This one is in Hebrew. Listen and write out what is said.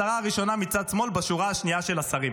השרה הראשונה מצד שמאל בשורה השנייה של השרים,